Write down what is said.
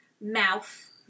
Mouth